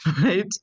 Right